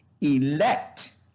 elect